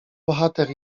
bohater